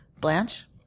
Blanche